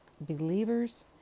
Believers